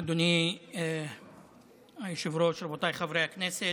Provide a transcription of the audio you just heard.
אדוני היושב-ראש, רבותיי חברי הכנסת,